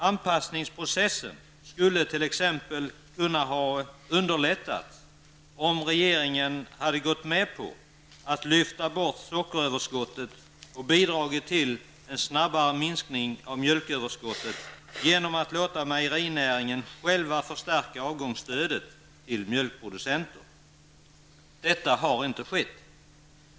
Anpassningsprocessen skulle t.ex. kunna ha underlättats om regeringen hade gått med på att lyfta bort sockeröverskottet och hade bidragit till en snabbare minskning av mjölköverskottet genom att låta mejerinäringen själv förstärka avgångsstödet till mjölkproducenterna. Detta har inte skett.